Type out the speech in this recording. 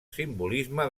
simbolisme